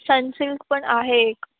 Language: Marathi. सनसिल्क पण आहे एक